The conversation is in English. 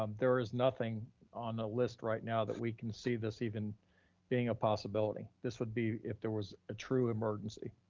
um there is nothing on the list right now that we can see this even being a possibility. this would be if there was a true emergency.